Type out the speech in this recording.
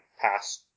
Pass